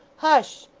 hush!